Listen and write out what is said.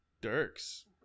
Dirks